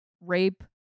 rape